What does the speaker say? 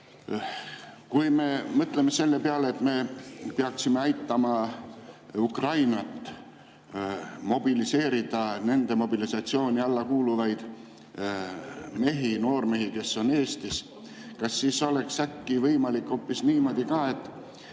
Kui me mõtleme selle peale, et me peaksime aitama Ukrainal mobiliseerida nende mobilisatsiooni alla kuuluvaid mehi, noormehi, kes on Eestis, kas siis oleks äkki võimalik teha hoopis niimoodi, et